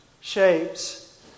shapes